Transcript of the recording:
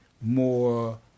more